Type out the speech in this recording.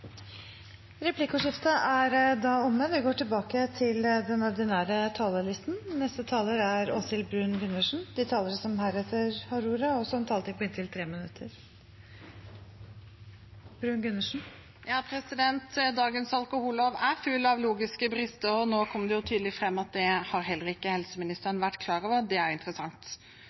er. Replikkordskiftet er omme. De talerne som heretter får ordet, har også en taletid på inntil 3 minutter. Dagens alkohollov er full av logiske brister, og nå kom det jo tydelig fram at det har heller ikke helseministeren vært klar over. Det er interessant.